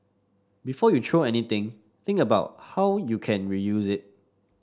before you throw anything think about how you can reuse it